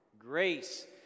Grace